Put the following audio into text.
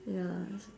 ya